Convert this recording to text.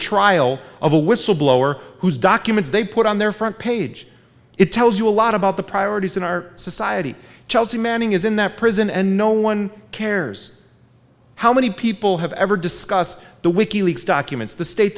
trial of a whistleblower whose documents they put on their front page it tells you a lot about the priorities in our society chelsea manning is in that prison and no one cares how many people have ever discussed the wiki leaks documents the state